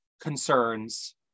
concerns